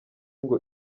ngo